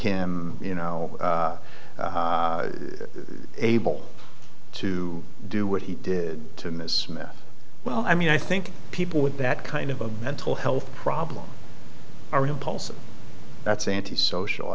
him you know able to do what he did to ms smith well i mean i think people with that kind of a mental health problem are impulsive that's antisocial